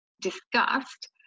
discussed